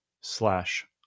slash